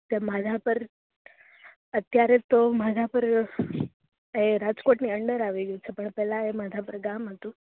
કે માધાપર અત્યારે તો માધાપર એ રાજકોટની અંદર આવી ગ્યું છે પણ પેલા એ માધાપર ગામ હતું